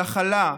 של הכלה,